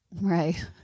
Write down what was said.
Right